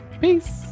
Peace